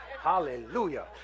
hallelujah